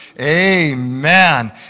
Amen